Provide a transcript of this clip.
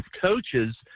coaches